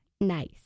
nice